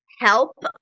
help